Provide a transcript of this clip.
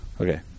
Okay